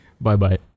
Bye-bye